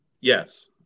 Yes